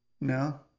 no